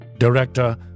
Director